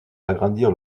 agrandir